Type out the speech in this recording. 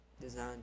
design